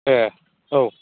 ए औ